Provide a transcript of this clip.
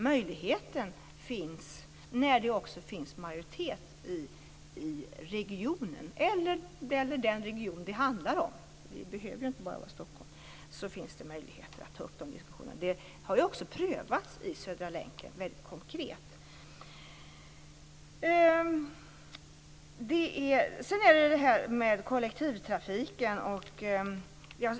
Möjligheten finns alltså när det finns majoritet i regionen eller i den region som det handlar om - det behöver ju inte vara Stockholm. Frågan har också prövats väldigt konkret i samband med Södra länken.